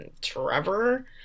Trevor